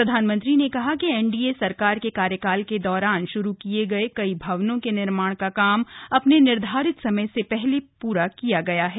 प्रधानमंत्री ने कहा कि एन डी ए सरकार के कार्यकाल के दौरान श्रू किये गए कई भवनों के निर्माण का काम अपने निर्धारित समय से पहले ही प्रा किया जा रहा है